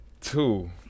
two